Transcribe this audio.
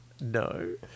No